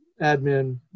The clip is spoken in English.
admin